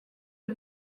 der